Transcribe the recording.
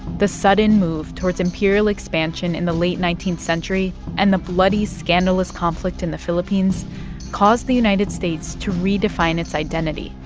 the sudden move towards imperial expansion in the late nineteenth century and the bloody, scandalous conflict in the philippines caused the united states to redefine its identity,